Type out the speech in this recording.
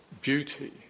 beauty